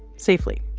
safely.